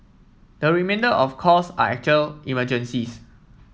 the remainder of calls are actual emergencies